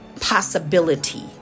possibility